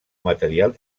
material